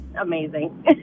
amazing